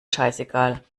scheißegal